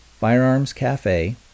firearmscafe